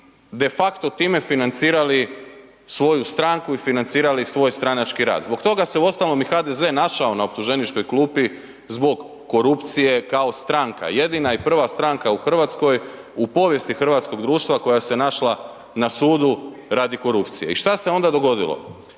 de facto time financirali svoju stranku i financirali svoj stranački rad. Zbog toga se uostalom i HDZ na optuženičkoj klupi zbog korupcije kao stranka, jedina i prva stranka u Hrvatskoj u povijest hrvatskog društva koja se našla na sudu radi korupcije. I šta se onda dogodilo?